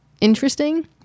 interesting